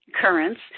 currents